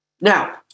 Now